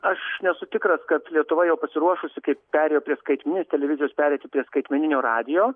aš nesu tikras kad lietuva jau pasiruošusi kaip perėjo prie skaitmeninės televizijos pereiti prie skaitmeninio radijo